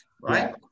right